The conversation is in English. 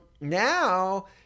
now